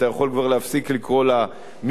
אתה יכול כבר להפסיק לקרוא לה "מכללת",